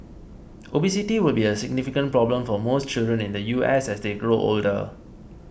obesity will be a significant problem for most children in the U S as they grow older